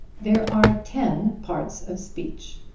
there are ten parts of speech,